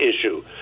issue